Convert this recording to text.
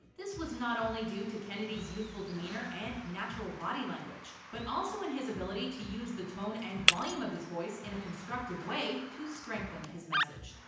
this was not only due to kennedy's youthful demeanour and natural body language, but also his ability to use the tone and volume of his voice in a constructive way to strengthen his message.